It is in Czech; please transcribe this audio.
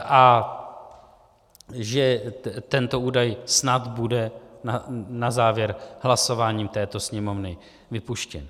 A že tento údaj snad bude na závěr hlasování této Sněmovny vypuštěn.